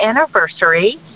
anniversary